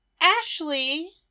Ashley